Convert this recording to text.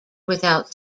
without